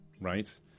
Right